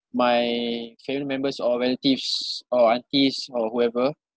my family members or relatives or aunties or whoever